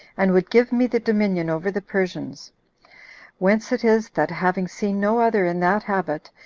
and would give me the dominion over the persians whence it is that, having seen no other in that habit,